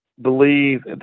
believe